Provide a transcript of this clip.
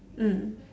mm